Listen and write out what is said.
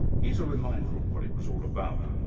here's a reminder of what it was all about.